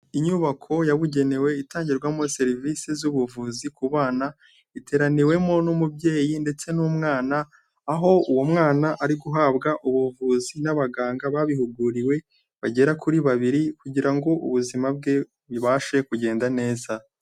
Inyubako yabugenewe itangirwamo serivisi z'ubuvuzi ku bana, iteraniwemo n'umubyeyi ndetse n'umwana, aho uwo mwana ari guhabwa ubuvuzi n'abaganga babihuguriwe bagera kuri babiri kugira ngo ubuzima bwe bubashe kugenda neza.